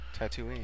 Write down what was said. Tatooine